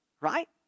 right